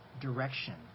direction